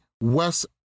Wes